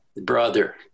brother